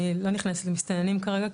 אני לא נכנסת למסתננים כרגע,